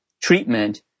treatment